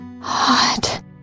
hot